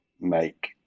make